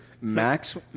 Max